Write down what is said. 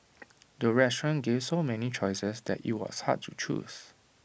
the restaurant gave so many choices that IT was hard to choose